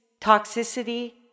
toxicity